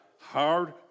hard